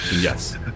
Yes